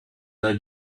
not